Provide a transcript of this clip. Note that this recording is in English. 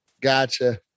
gotcha